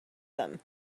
them